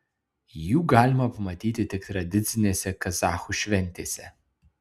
jų galima pamatyti tik tradicinėse kazachų šventėse